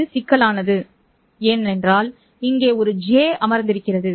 இது சிக்கலானது ஏனென்றால் இங்கே ஒரு j சொல் அமர்ந்திருக்கிறது